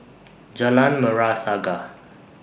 Jalan Merah Saga